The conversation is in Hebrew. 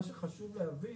מה שחשוב להבין,